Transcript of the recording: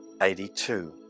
Eighty-two